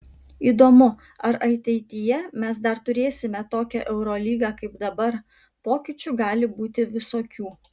įdomu ar ateityje mes dar turėsime tokią eurolygą kaip dabar pokyčių gali būti visokių